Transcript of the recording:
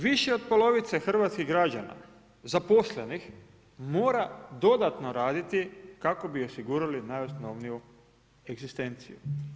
Više od polovice hrvatskih građana zaposlenih, mora dodatno raditi kako bi osigurali najosnovniju egzistenciju.